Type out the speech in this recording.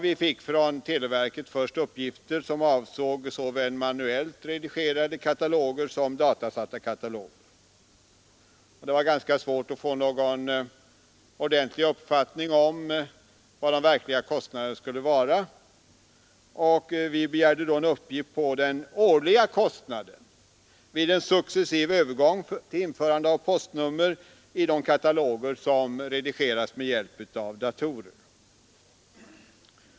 Vi fick från televerket först uppgifter som avsåg såväl manuellt redigerade kataloger som datasatta kataloger, och det var ganska svårt att få någon ordentlig uppfattning om vad de verkliga kostnaderna skulle vara. Vi begärde då en uppgift på den årliga kostnaden vid en successiv övergång till införande av postnummer i de kataloger som redigerats med hjälp av datorer.